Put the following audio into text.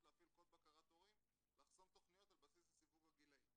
להפעיל קוד בקרת הורים לחסום תוכניות על בסיס הסיווג הגילאי.